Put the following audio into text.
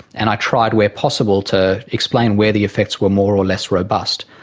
and i tried where possible to explain where the effects were more or less robust.